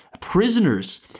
prisoners